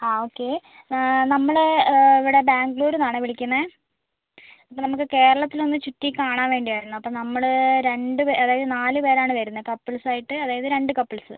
ആ ഓക്കേ ഏ നമ്മൾ എ ഇവിടെ ബാംഗ്ലൂർന്നാണ് വിളിക്കുന്നത് അപ്പോൾ നമുക്ക് കേരളത്തിൽ ഒന്ന് ചുറ്റി കാണാൻ വേണ്ടിയായിരുന്നു അപ്പോൾ നമ്മൾ രണ്ട് പേർ അതായത് നാല് പേരാണ് വരുന്നത് കപ്പിൾസായിട്ട് അതായത് രണ്ട് കപ്പിൾസ്